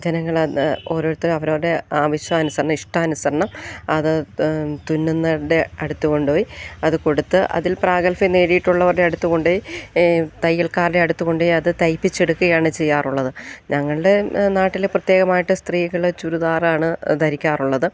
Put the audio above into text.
ജനങ്ങളത് ഓരോരുത്തരവരോരുടെ ആവശ്യാനുസരണം ഇഷ്ടാനുസരണം അത് തുന്നുന്നവരുടെ അടുത്ത് കൊണ്ടു പോയി അത് കൊടുത്ത് അതിൽ പ്രാഗൽഭ്യം നേടിയിട്ടുള്ളവരുടെ അടുത്ത് കൊണ്ടു പോയി തയ്യൽക്കാരുടെ അടുത്തു കൊണ്ടു പോയി അത് തയ്പ്പിച്ചെടുക്കുകയാണ് ചെയ്യാറുള്ളത് ഞങ്ങളുടെ നാട്ടിൽ പ്രത്യേകമായിട്ട് സ്ത്രീകൾ ചുരിദാറാണ് ധരിക്കാറുള്ളത്